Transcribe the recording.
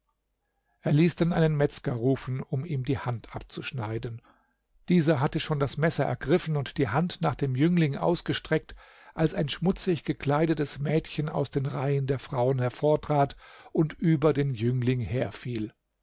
er ließ dann einen metzger rufen um ihm die hand abzuschneiden dieser hatte schon das messer ergriffen und die hand nach dem jüngling ausgestreckt als ein schmutzig gekleidetes mädchen aus den reihen der frauen hervortrat und über den jüngling herfiel